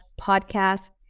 podcast